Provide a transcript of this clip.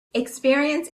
experience